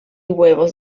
huevos